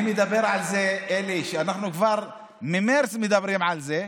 אני מדבר על זה שאנחנו כבר ממרץ מדברים על זה,